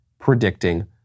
predicting